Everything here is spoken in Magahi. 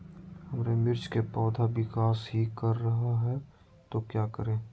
हमारे मिर्च कि पौधा विकास ही कर रहा है तो क्या करे?